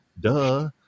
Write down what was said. duh